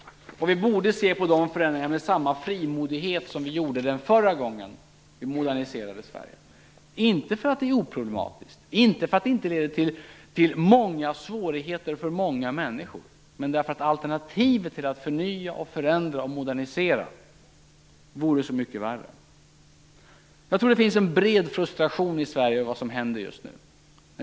Vi borde se på dem med samma frimodighet som vi gjorde förra gången vi moderniserade Sverige - inte därför att det är oproblematiskt, inte därför att det inte leder till många svårigheter för många människor, utan därför att alternativet till att förnya, förändra och modernisera vore så mycket värre. Jag tror att det finns en bred frustration i Sverige över vad som händer just nu.